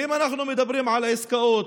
ואם אנחנו מדברים על עסקאות,